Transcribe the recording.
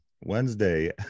Wednesday